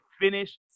finish